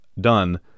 done